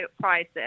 prices